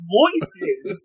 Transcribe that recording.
voices